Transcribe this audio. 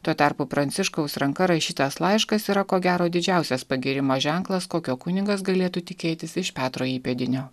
tuo tarpu pranciškaus ranka rašytas laiškas yra ko gero didžiausias pagyrimo ženklas kokio kunigas galėtų tikėtis iš petro įpėdinio